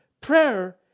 Prayer